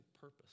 purpose